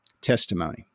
testimony